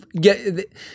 get